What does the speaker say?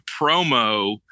promo